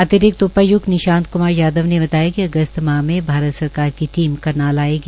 अतिरिक्त उपाय्क्त निशांत क्मार यादव ने बताया कि अगस्त माह में भारत सरकार की टीम करनाल आयेगी